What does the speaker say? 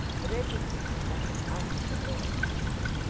ready to attack unprovoked.